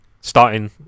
starting